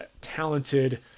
talented